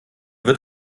wird